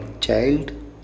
child